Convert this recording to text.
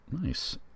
Nice